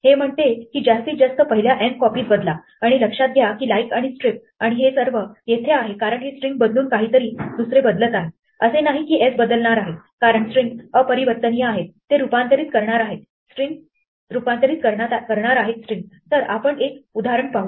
हे म्हणते की जास्तीत जास्त पहिल्या n कॉपीज बदला आणि लक्षात घ्या की लाईक आणि स्ट्रिप आणि हे सर्व येथे आहे कारण हे स्ट्रिंग बदलून काहीतरी दुसरे बदलत आहे असे नाही की s बदलणार आहे कारण स्ट्रिंग अपरिवर्तनीय आहेत ते रूपांतरित करणार आहेत स्ट्रिंग तर आपण एक उदाहरण पाहू